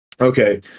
okay